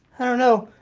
i don't know,